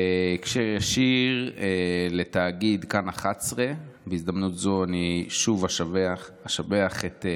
בהקשר ישיר לתאגיד כאן 11. בהזדמנות זו אני שוב אשבח את התאגיד,